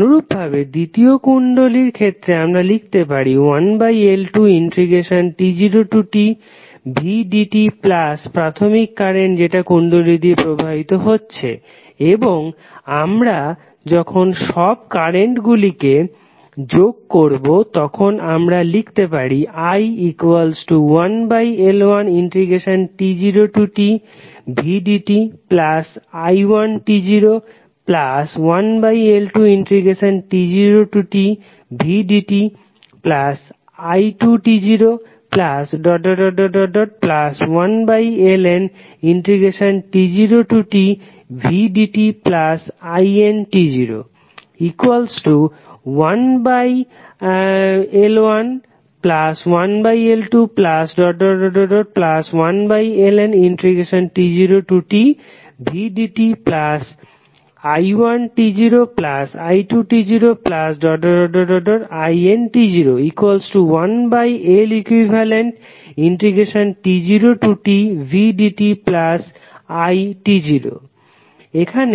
অনুরূপভাবে দ্বিতীয় কুণ্ডলীর ক্ষেত্রে আমরা লিখতে পারি 1L2t0tvdt প্রাথমিক কারেন্ট যেটা কুণ্ডলী দিয়ে প্রবাহিত হচ্ছে এবং যখন আমরা সবগুলিকে যোগ করবো তখন আমরা লিখতে পারি i1L1t0tvdti11L2t0tvdti21Lnt0tvdtin 1l11L21Lnt0tvdti1t0i2t0int01Leqt0tvdti এখন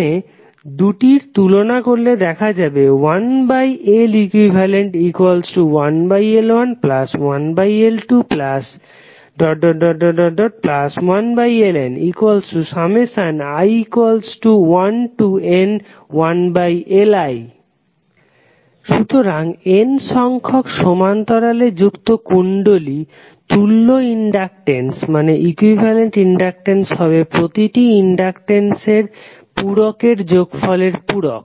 দুটির তুলনা করলে লেখা যায় 1Leq1L11L21Lni1n1Li সুতরাং N সংখ্যক সমান্তরালে যুক্ত কুণ্ডলীর তুল্য ইনডাকটেন্স হবে প্রতিটি ইনডাকটেন্সের পুরকের যোগফলের পুরক